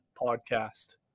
podcast